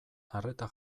arreta